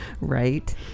Right